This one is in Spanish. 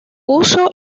uso